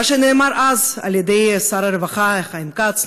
מה שאמר אז שר הרווחה חיים כץ,